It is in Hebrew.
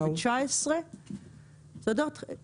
לעשות פשוט בתוך החוק כוח, כשיש ביקורת, וכשאדם